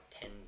ten